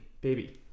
Baby